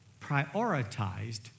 prioritized